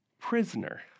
prisoner